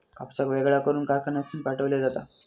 कापसाक वेगळा करून कारखान्यातसून पाठविला जाता